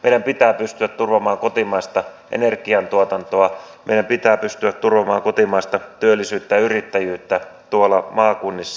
meidän pitää pystyä turvamaan kotimaista energiantuotantoa meidän pitää pystyä turvaamaan kotimaista työllisyyttä ja yrittäjyyttä tuolla maakunnissa